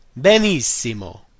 Benissimo